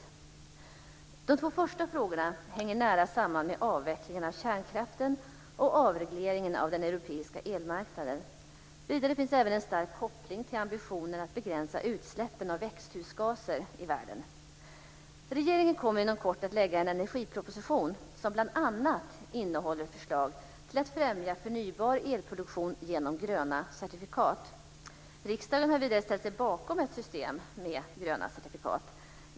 De två första frågorna hänger nära samman med avvecklingen av kärnkraften och avregleringen av den europeiska elmarknaden. Vidare finns även en stark koppling till ambitionen att begränsa utsläppen av växthusgaser i världen. Regeringen kommer inom kort att lägga fram en energiproposition som bl.a. innehåller förslag till att främja förnybar elproduktion genom gröna certifikat. Riksdagen har vidare ställt sig bakom ett system med gröna certifikat.